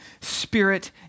spirit